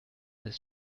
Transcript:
ist